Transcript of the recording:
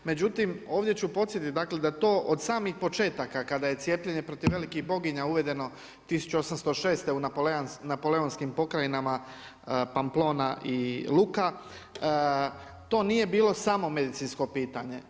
Međutim, ovdje ću podsjetiti, dakle, da to od samih početaka, kada je cijepljenje protiv veliki boginja uvedeno 1806. u napoleonski pokrajina Pamplona i Luka, to nije bilo samo medicinsko pitanje.